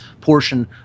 portion